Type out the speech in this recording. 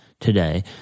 today